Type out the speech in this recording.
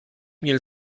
mil